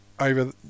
over